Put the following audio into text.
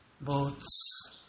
boats